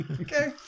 Okay